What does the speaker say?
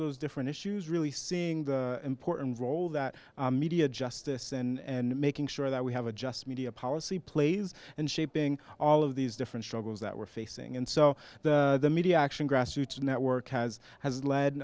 those different issues really seeing the important role that media justice and making sure that we have adjust media policy plays and shaping all of these different struggles that we're facing and so the media action grassroots network has has led